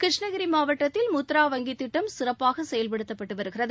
கிருஷ்ணகிரி மாவட்டத்தில் முத்ரா வங்கித் திட்டம் சிறப்பாக செயல்படுத்தப்பட்டு வருகிறது